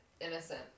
innocent